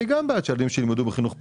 אני גם בעד שהילדים שלי ילמדו בחינוך פרטי.